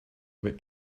about